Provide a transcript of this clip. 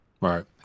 Right